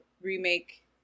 remake